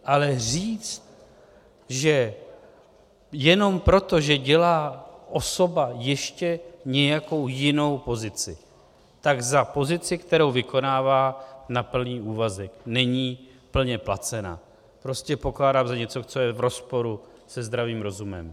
Ale říct, že jenom proto, že dělá osoba ještě nějakou jinou pozici, tak za pozici, kterou vykonává na plný úvazek, není plně placen, prostě pokládám za něco, co je v rozporu se zdravým rozumem.